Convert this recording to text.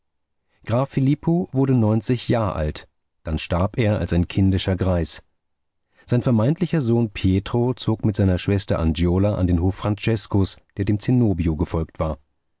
graf filippo wurde neunzig jahr alt dann starb er als ein kindischer greis sein vermeintlicher sohn pietro zog mit seiner schwester angiola an den hof franceskos der dem zenobio gefolgt war